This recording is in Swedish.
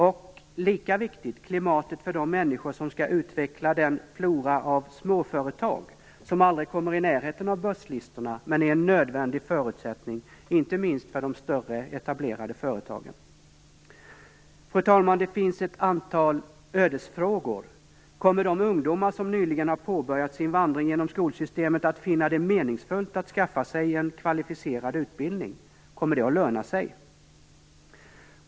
Och lika viktigt är klimatet för de människor som skall utveckla den flora av småföretag som aldrig kommer i närheten av börslistorna men är en nödvändig förutsättning inte minst för de större, etablerade företagen. Fru talman! Det finns ett antal ödesfrågor: Kommer de ungdomar som nyligen har påbörjat sin vandring genom skolsystemet att finna det meningsfullt att skaffa sig en kvalificerad utbildning? Kommer det att löna sig?